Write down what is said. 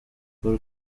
paul